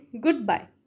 goodbye